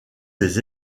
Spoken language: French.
des